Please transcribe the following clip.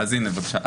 אז הינה, בבקשה.